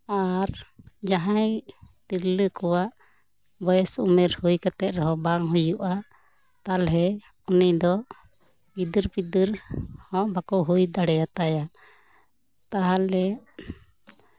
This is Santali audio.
ᱟᱨ ᱡᱟᱦᱟᱸᱭ ᱛᱤᱨᱞᱟᱹ ᱠᱚᱣᱟᱜ ᱵᱚᱭᱮᱥ ᱩᱢᱮᱨ ᱦᱩᱭ ᱠᱟᱛᱮᱜ ᱨᱮᱦᱚᱸ ᱵᱟᱝ ᱦᱩᱭᱩᱜᱼᱟ ᱛᱟᱦᱚᱞᱮ ᱩᱱᱤ ᱫᱚ ᱜᱤᱫᱟᱹᱨ ᱯᱤᱫᱟᱹᱨ ᱦᱚᱸ ᱵᱟᱠᱚ ᱦᱩᱭ ᱫᱟᱲᱮ ᱟᱛᱟᱭᱟ ᱛᱟᱦᱚᱞᱮ